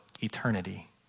eternity